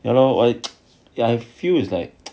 ya lor ya I feel it's like